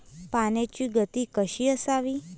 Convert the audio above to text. पाण्याची गती कशी असावी?